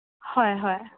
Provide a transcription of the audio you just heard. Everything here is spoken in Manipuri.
ꯍꯣꯏ ꯍꯣꯏ